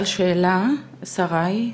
שאלה,